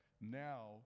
now